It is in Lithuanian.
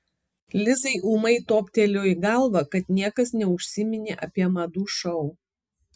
lizai ūmai toptelėjo į galvą kad niekas neužsiminė apie madų šou